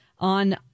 on